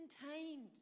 contained